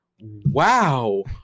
Wow